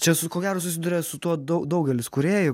čia ko gero susiduria su tuo dau daugelis kūrėjų